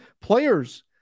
players